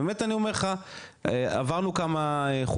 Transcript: ובאמת אני אומר לך עברנו כמה חוקים,